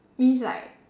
means like